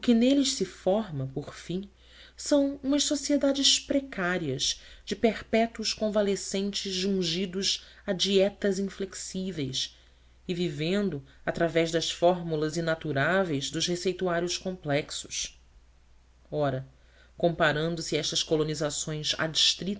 neles se forma por fim são umas sociedades precárias de perpétuos convalescentes jungidos a dietas inflexíveis e vivendo através das fórmulas inaturáveis dos receituários complexos ora comparando-se estas colonizações